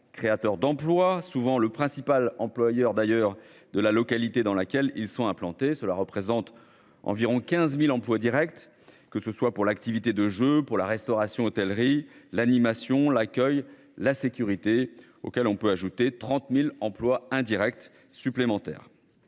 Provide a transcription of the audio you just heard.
créateur d'emplois souvent le principal employeur d'ailleurs de la localité dans laquelle ils sont implantés. Cela représente environ 15.000 emplois Directs, que ce soit pour l'activité de jeux pour la restauration hôtellerie l'animation, l'accueil, la sécurité auxquels on peut ajouter 30.000 emplois indirects supplémentaires.